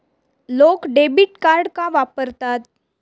लोक debit card का वापरतात?